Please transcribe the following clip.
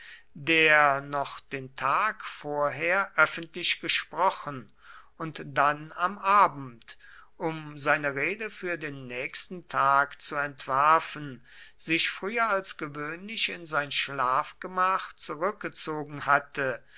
der noch den tag vorher öffentlich gesprochen und dann am abend um seine rede für den nächsten tag zu entwerfen sich früher als gewöhnlich in sein schlafgemach zurückgezogen hatte